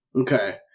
Okay